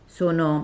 sono